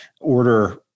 order